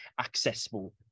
accessible